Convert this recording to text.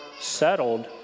settled